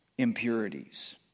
impurities